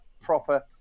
proper